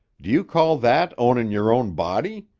do you call that ownin' your own body?